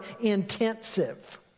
intensive